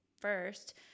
first